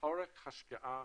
אורך השקעה